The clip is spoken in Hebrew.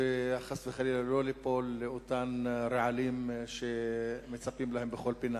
וחס וחלילה לא ליפול לאותם רעלים שמצפים להם בכל פינה.